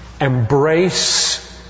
embrace